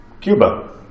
Cuba